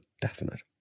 definite